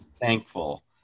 thankful